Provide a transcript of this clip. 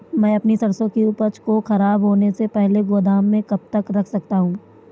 मैं अपनी सरसों की उपज को खराब होने से पहले गोदाम में कब तक रख सकता हूँ?